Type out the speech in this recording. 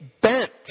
bent